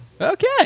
Okay